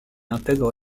intègre